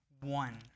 one